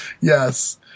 Yes